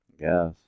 Yes